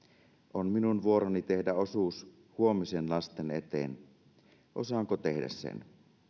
on minun vuoroni tehdä osuus huomisen lasten eteen osaanko tehdä sen